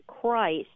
Christ